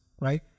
right